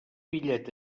pillet